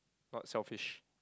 not selfish